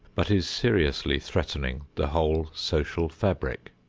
but is seriously threatening the whole social fabric.